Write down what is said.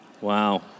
Wow